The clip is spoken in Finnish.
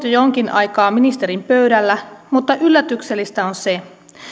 jo jonkin aikaa ministerin pöydällä mutta yllätyksellistä on se